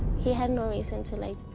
he had no reason to lie,